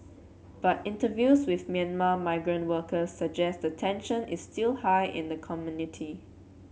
but interviews with Myanmar migrant workers suggest that tension is still high in the community